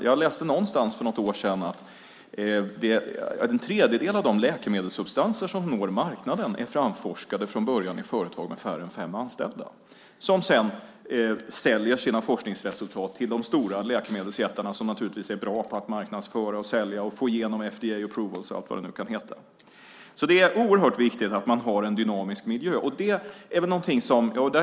För något år sedan läste jag att en tredjedel av de läkemedelssubstanser som når marknaden från början är framforskade i företag med färre än fem anställda. De säljer sedan sina forskningsresultat till de stora läkemedelsjättarna, som naturligtvis är bra på att marknadsföra, sälja, få igenom FDA Approvals och allt vad det kan heta. Det är oerhört viktigt att ha en dynamisk miljö.